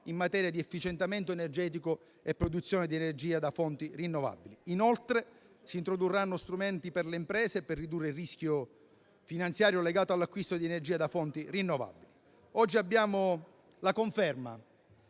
in materia di efficientamento energetico e produzione di energia da fonti rinnovabili. Si introdurranno anche strumenti per le imprese per ridurre il rischio finanziario legato all'acquisto di energia da fonti rinnovabili. Oggi abbiamo la conferma